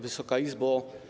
Wysoka Izbo!